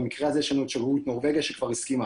במקרה הזה יש לנו את שגרירות נורבגיה שכבר הסכימה.